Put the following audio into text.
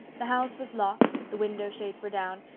the house was locked, the window shades were down,